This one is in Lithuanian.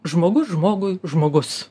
žmogus žmogui žmogus